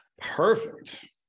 perfect